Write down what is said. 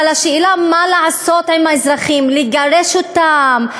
אבל השאלה, מה לעשות עם האזרחים, לגרש אותם?